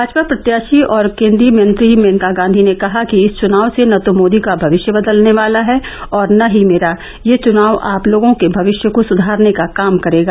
भाजपा प्रत्याशी व केन्द्रीय मंत्री मेनका गाँधी ने कहा कि इस चुनाव से न तो मोदी का भविष्य बदलने वाला है और न ही मेरा यह चुनाव आप लोगो के भविष्य को सुधारने का काम करेगा